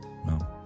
No